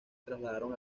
trasladaron